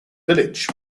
village